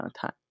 time